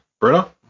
Bruno